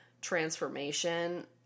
transformation